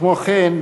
כמו כן,